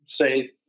say